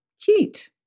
cute